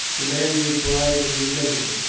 the man replied in the negative.